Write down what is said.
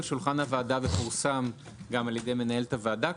שולחן הוועדה ופורסם גם על ידי מנהלת הוועדה,